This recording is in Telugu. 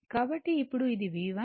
కాబట్టి ఇప్పుడు ఇది V1